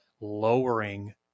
lowering